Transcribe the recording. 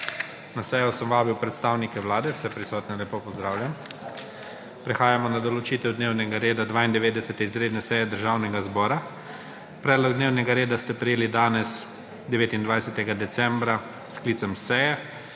Na sejo sem vabil predstavnike Vlade. Vse prisotne lepo pozdravljam. Prehajamo na **določitev dnevnega reda** 92. izredne seje Državnega zbora. Predlog dnevnega reda ste prejeli danes, 29. decembra, s sklicem seje.